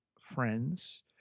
friends